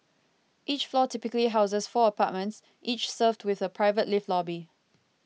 each floor typically houses four apartments each served with a private lift lobby